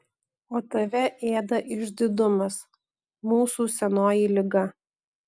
o tave ėda išdidumas mūsų senoji liga